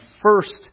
first